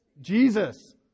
jesus